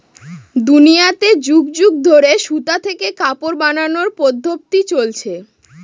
দুনিয়াতে যুগ যুগ ধরে সুতা থেকে কাপড় বানানোর পদ্ধপ্তি চলছে